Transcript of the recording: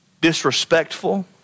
disrespectful